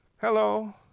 Hello